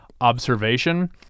observation